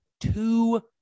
two